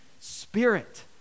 Spirit